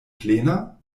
plena